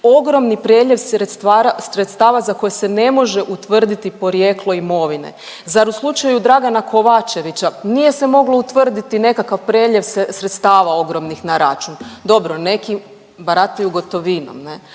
ogromni priljev sredstava za koje se ne može utvrditi porijeklo imovine. Zar u slučaju Dragana Kovačevića nije se moglo utvrditi nekakav priljev sredstava ogromnih na račun. Dobro, neki barataju gotovinom, ali